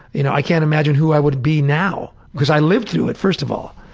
you know i can't imagine who i would be now, because i lived through it, first of all.